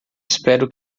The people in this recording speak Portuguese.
espero